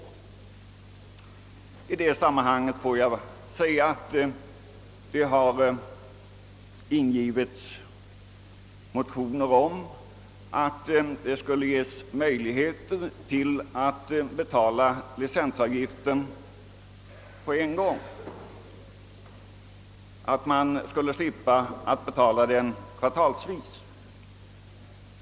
Det har avgivits motioner i vilka föreslagits att allmänheten skall ges möjligheter att betala hela licensavgiften för ett år på en gång och slippa betala den kvartalsvis.